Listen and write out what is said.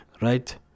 right